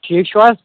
ٹھیٖک چھِو حظ